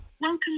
Welcome